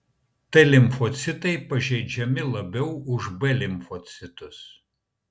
t limfocitai pažeidžiami labiau už b limfocitus